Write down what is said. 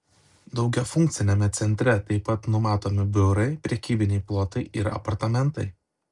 daugiafunkciame centre taip pat numatomi biurai prekybiniai plotai ir apartamentai